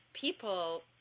people